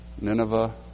Nineveh